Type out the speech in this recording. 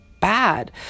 bad